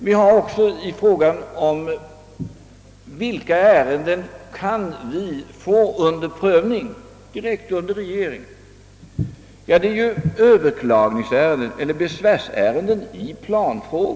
Vilka ärenden är det då som regeringen kan få till prövning direkt? Jo, det är överklagningsärenden och besvärsärenden.